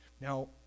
Now